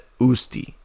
Usti